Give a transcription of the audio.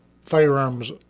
firearms